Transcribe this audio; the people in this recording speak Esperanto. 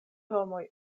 homoj